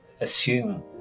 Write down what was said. assume